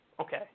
Okay